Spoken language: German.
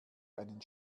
einen